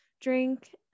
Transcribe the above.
drink